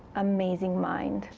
amazing mind.